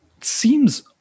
seems